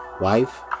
wife